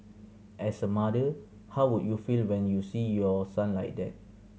as a mother how would you feel when you see your son like that